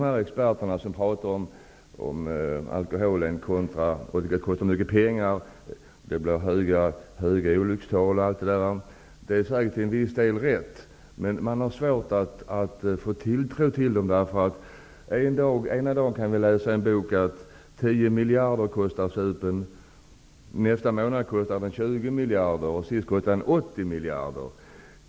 När experterna talar om alkoholen kontra alkoholpriserna, höga olyckstal osv. har de till viss del rätt, men man har svårt att få tilltro till dem. Ena dagen kan vi läsa i en bok att supen kostar 10 miljarder, nästa månad kostar den 20 miljarder och till slut 80 miljarder.